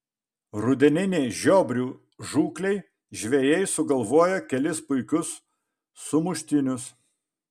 rudeninei žiobrių žūklei žvejai sugalvojo kelis puikius sumuštinius